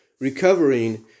recovering